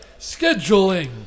scheduling